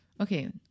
Okay